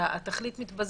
התכלית מתבזבזת.